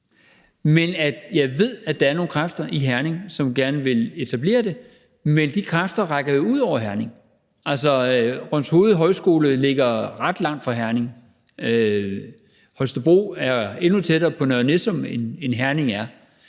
jeg ved, at der er nogle kræfter i Herning, som gerne vil etablere det. Men de kræfter rækker jo ud over Herning. Altså, Rønshoved Højskole ligger ret langt fra Herning, og Holstebro er endnu tættere på Nørre Nissum, end Herning er.